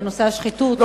בנושא השחיתות,